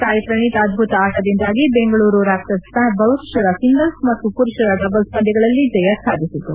ಸಾಯಿ ಪ್ರಣೀತ್ ಅದ್ಭುತ ಆಟದಿಂದಾಗಿ ಬೆಂಗಳೂರು ರ್ಾಪ್ಟರ್ಸ್ ಮರುಷರ ಸಿಂಗಲ್ಸ್ ಮತ್ತು ಮರುಷರ ಡಬಲ್ಸ್ ಪಂದ್ಯಗಳಲ್ಲಿ ಜಯ ಸಾಧಿಸಿತು